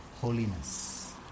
holiness